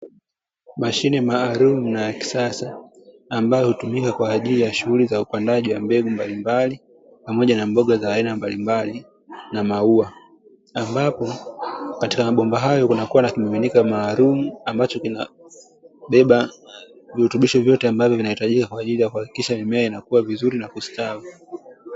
Mashine maalumu na ya kisasa, ambayo hutumika kwa ajili ya shghuli za upandaji wa mbegu mbalimbali, pamoja na mboga za aina mbalimbali na maua, ambapo katika mabomba hayo kunakuwa na kimiminika maalumu, ambacho kinabeba virutubisho vyote ambavyo vinahitajika kwa ajili ya kuhakisha mimea inakua vizuri na kustawi.